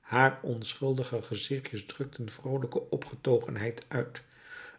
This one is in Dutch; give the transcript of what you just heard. haar onschuldige gezichtjes drukten vroolijke opgetogenheid uit